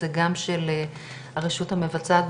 וגם מה שאתם ממליצים בניתוח של המצב של היום.